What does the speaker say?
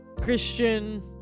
Christian